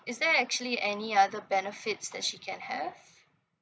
is there actually any other benefits that she can have